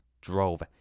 drove